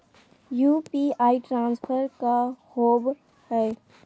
UPI transfer का होव हई?